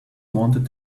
wanted